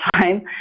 time